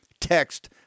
Text